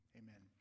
amen